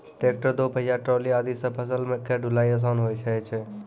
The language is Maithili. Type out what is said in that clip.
ट्रैक्टर, दो पहिया ट्रॉली आदि सॅ फसल के ढुलाई आसान होय जाय छै